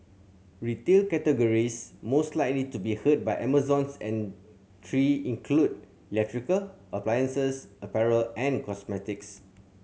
retail categories most likely to be hurt by Amazon's entry include electrical appliances apparel and cosmetics